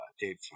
dave